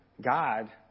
God